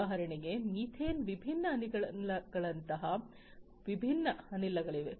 ಉದಾಹರಣೆಗೆ ಮೀಥೇನ್ ವಿಭಿನ್ನ ಅನಿಲಗಳಂತಹ ವಿಭಿನ್ನ ಅನಿಲಗಳಿವೆ